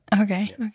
Okay